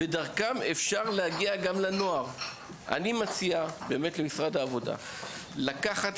ודרכן אפשר להגיע גם לנוער.״ אני מציע למשרד העבודה לרכז